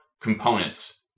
components